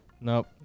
Nope